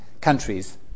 countries